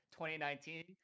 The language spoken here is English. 2019